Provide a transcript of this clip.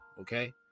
okay